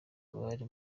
abari